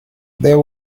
there